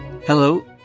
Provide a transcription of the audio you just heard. Hello